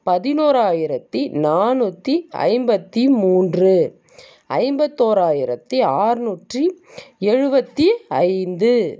பதினோறாயிரத்து நானூற்றி ஐம்பத்து மூன்று ஐம்பத்தோராயிரத்து ஆறுநூற்றி எழுபத்தி ஐந்து